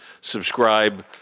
subscribe